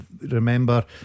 Remember